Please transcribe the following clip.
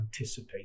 anticipate